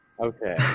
Okay